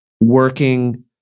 working